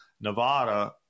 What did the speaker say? nevada